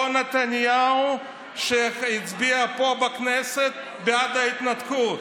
אותו נתניהו שהצביע פה בכנסת בעד ההתנתקות,